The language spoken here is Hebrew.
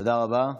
תודה רבה.